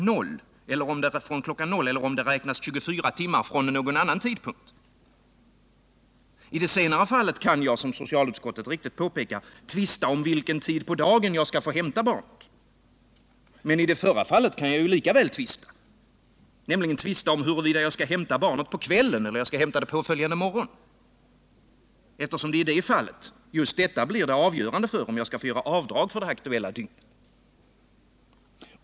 00.00 eller om det räknas 24 timmar från någon annan tidpunkt. I det senare fallet kan jag, som socialutskottet riktigt påpekar, tvista om vilken tid på dagen jag skall få hämta barnet. I det förra fallet kan jag tvista om huruvida jag skall hämta barnet på kvällen eller påföljande morgon, eftersom just detta i det fallet blir avgörande för om jag skall få göra avdrag för det aktuella dygnet.